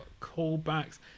callbacks